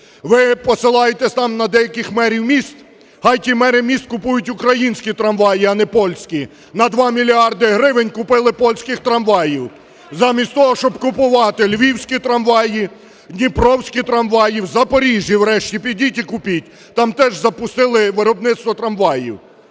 Ви посилаєтесь там на деяких мерів міст, хай ті мери міст купують українські трамваї, а не польські. На два мільярди гривень купили польських трамваїв замість того, щоб купувати львівські трамваї, дніпровські трамваї, в Запоріжжі врешті підіть і купіть, там теж запустили виробництво трамваїв.